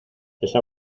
esa